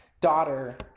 Daughter